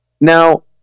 Now